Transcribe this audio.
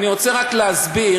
אני רוצה רק להסביר.